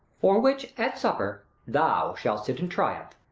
for which at supper, thou shalt sit in triumph,